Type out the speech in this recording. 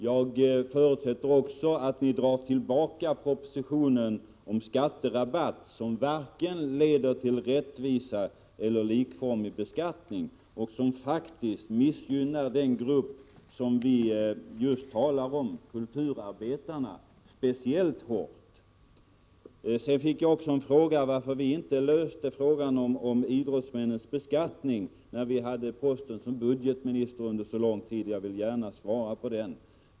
Jag förutsätter även att ni drar tillbaka propositionen om skatterabatt, som varken leder till rättvis eller likformig beskattning och som faktiskt missgynnar den grupp som vi talar om, kulturarbetarna, speciellt mycket. Jag fick en fråga som gällde varför vi inte löste frågan om idrottsmännens beskattning när vi besatte posten som budgetminister under så lång tid. Jag vill gärna svara på den frågan.